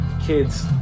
kids